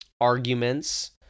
arguments